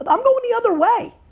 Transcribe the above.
but i'm going the other way!